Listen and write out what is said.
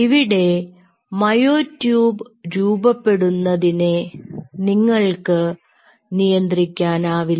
ഇവിടെ myotube രൂപപ്പെടുന്നതിനെ നിങ്ങൾക്ക് നിയന്ത്രിക്കാനാവില്ല